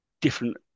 different